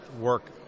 work